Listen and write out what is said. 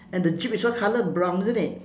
and the jeep is what colour brown isn't it